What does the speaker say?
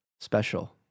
special